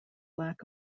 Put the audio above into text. lack